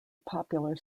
popular